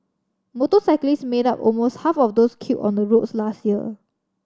motorcyclists made up almost half of those killed on the roads last year